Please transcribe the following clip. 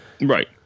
Right